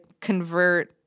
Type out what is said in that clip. convert